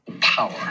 Power